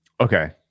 Okay